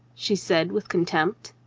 she said with con tempt,